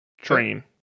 train